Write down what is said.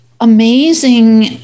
amazing